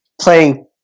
playing